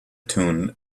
tune